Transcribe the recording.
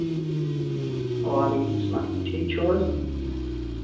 وعلیکُم سَلام ٹھیٖک چھُ حظ